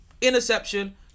interception